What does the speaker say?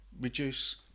reduce